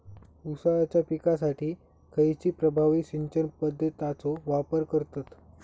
ऊसाच्या पिकासाठी खैयची प्रभावी सिंचन पद्धताचो वापर करतत?